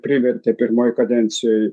privertė pirmoj kadencijoj